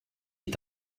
est